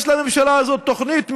יש לממשלה הזו תוכנית מדינית?